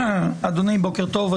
אדוני, בוקר טוב.